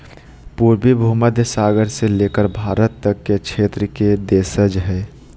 पूर्वी भूमध्य सागर से लेकर भारत तक के क्षेत्र के देशज हइ